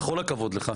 עם כל הכבוד לך,